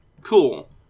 cool